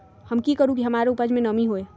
हम की करू की हमार उपज में नमी होए?